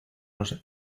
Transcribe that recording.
los